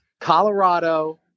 Colorado